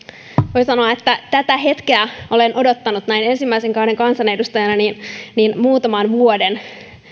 voi sanoa että tätä hetkeä olen odottanut näin ensimmäisen kauden kansanedustajana muutaman vuoden